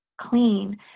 Clean